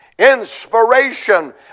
inspiration